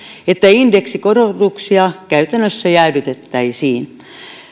että indeksikorotuksia käytännössä jäädytettäisiin